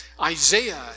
Isaiah